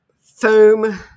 foam